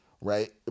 right